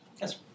Yes